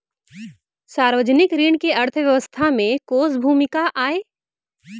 सार्वजनिक ऋण के अर्थव्यवस्था में कोस भूमिका आय?